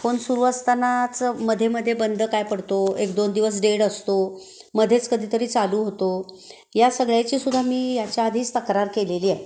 phone सुरू असतानाच मध्येमध्ये बंद काय पडतो एक दोन दिवस डेड असतो मधेच कधीतरी चालू होतो या सगळ्याची सुद्धा मी याच्या आधीच तक्रार केलेली आहे